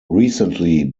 recently